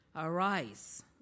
Arise